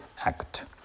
act